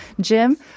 Jim